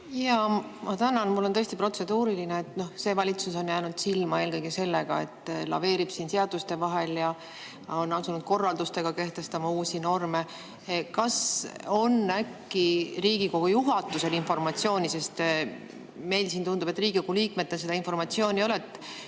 Ma tänan! Mul on tõesti protseduuriline. See valitsus on jäänud silma eelkõige sellega, et ta laveerib seaduste vahel ja on asunud korraldustega kehtestama uusi norme. Kas on äkki Riigikogu juhatusel informatsiooni, sest tundub, et meil, Riigikogu liikmetel, seda informatsiooni ei